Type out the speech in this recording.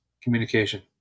communication